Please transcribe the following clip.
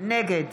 נגד